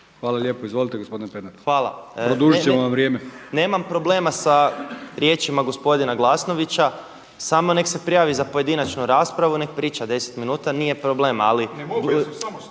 Hvala lijepo. Izvolite gospodine Pernar./… Hvala. …/Upadica Brkić: Produžit ćemo vam vrijeme./… Nemam problema sa riječima gospodina Glasnovića, samo nek' se prijavi za pojedinačnu raspravu, nek' priča 10 minuta, nije problem. …/Upadica